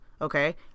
okay